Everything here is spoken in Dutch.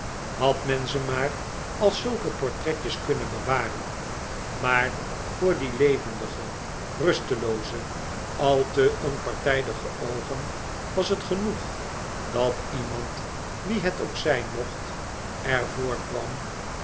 had men ze maar als zulke portretjes kunnen bewaren maar voor die levendige rustelooze al te onpartijdige oogen was het genoeg dat iemand wie het ook zijn mocht er voor kwam